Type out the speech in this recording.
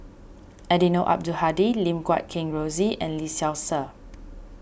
Eddino Abdul Hadi Lim Guat Kheng Rosie and Lee Seow Ser